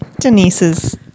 Denise's